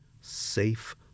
safe